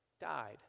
died